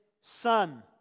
son